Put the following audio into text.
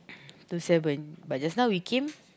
to seven but just now we came